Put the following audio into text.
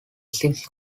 sixth